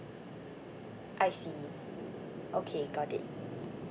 I see okay got it